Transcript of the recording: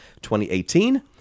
2018